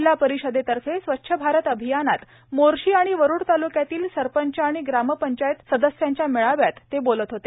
जिल्हा परिषदेतर्फे स्वच्छ भारत अभियानात मोर्शी आणि वरुड तालुक्यातील सरपंच आणि ग्राम पंचायत सदस्यांचा मेळाव्यात ते बोलत होते